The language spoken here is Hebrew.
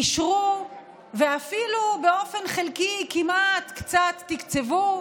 אישרו ואפילו באופן חלקי כמעט, קצת, תקצבו,